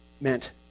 meant